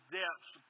depths